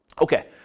Okay